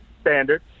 standard